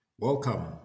Welcome